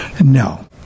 no